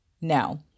now